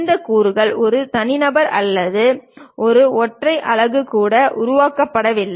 இந்த கூறுகள் ஒரு தனி நபர் அல்லது ஒரு ஒற்றை அலகு கூட உருவாக்கப்படவில்லை